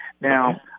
Now